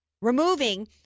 Removing